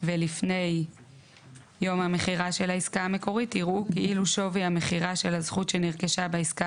ולפני יום המכירה של העסקה המקורית הזכות שנרכשה בעסקה